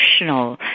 emotional